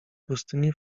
pustyni